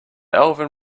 alvin